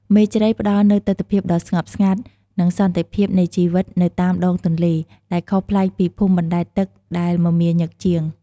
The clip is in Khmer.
មេជ្រៃផ្តល់នូវទិដ្ឋភាពដ៏ស្ងប់ស្ងាត់ និងសន្តិភាពនៃជីវិតនៅតាមដងទន្លេ ដែលខុសប្លែកពីភូមិបណ្ដែតទឹកដែលមមាញឹកជាង។